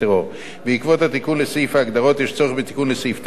בעקבות התיקון לסעיף ההגדרות יש צורך בתיקון לסעיף 9 כדי